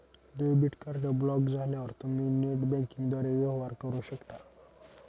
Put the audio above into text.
debit card block झाल्यावर तुम्ही net बँकिंगद्वारे वेवहार करू शकता